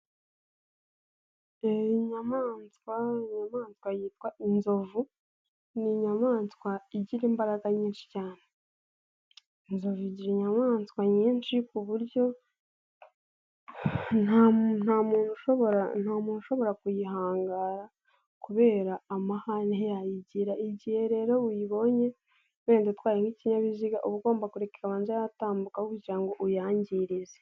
Inyamaswa yitwa inzovu ni inyamaswa igira imbaraga nyinshi cyane inzovu igira inyamaswa nyinshi ku buryo nta muntu ushobora muntu ushobora kuyihangara kubera amahane yayo igira igihe rero uyibonye wenda utwayo nk'ikinyabiziga uba ugomba kureka ikabanza yatambuka aho kugira ngo uyangirize.